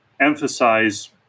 emphasize